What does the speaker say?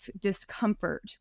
discomfort